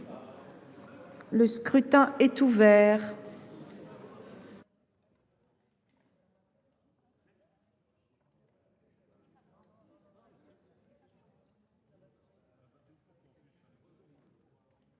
Le scrutin est ouvert.